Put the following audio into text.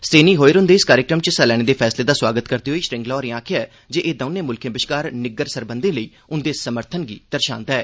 स्टेनी होयर हुंदे इस कार्यक्रम च हिस्सा लैने दे फैसले दा सोआगत करदे होई श्रृंगला होरें आखेआ जे एह् दौनें मुल्खें बश्कार निग्गर सरबंधें लेई उंदे समर्थन गी दर्शांदा ऐ